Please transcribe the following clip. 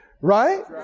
right